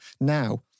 Now